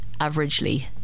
averagely